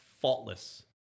faultless